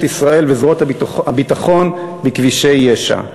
ישראל וזרועות הביטחון בכבישי יש"ע.